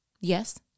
Yes